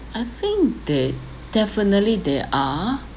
I think there definitely there are